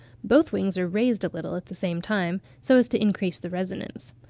both wings are raised a little at the same time, so as to increase the resonance.